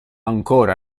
ancora